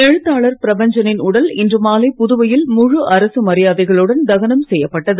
எழுத்தாளர் பிரபஞ்சனின் உடல் இன்று மாலை புதுவையில் முழு அரசு மரியாதைகளுடன் தகனம் செய்யப்பட்டது